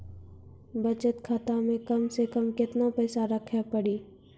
बचत खाता मे कम से कम केतना पैसा रखे पड़ी?